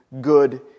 good